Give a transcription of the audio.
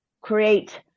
create